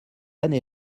année